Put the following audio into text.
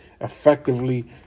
effectively